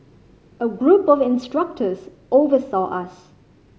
a group of instructors oversaw us